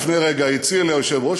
לפני רגע הציע לי היושב-ראש,